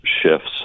shifts